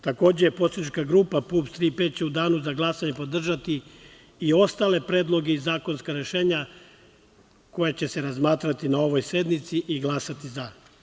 Takođe, poslanička grupa PUPS – „Tri P“ će u danu za glasanje podržati i ostale predloge i zakonska rešenja koja će se razmatrati na ovoj sednici i glasati za.